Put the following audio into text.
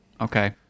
okay